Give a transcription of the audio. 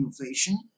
innovation